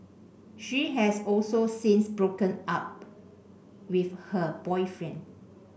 she has also since broken up with her boyfriend